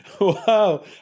Wow